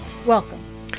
welcome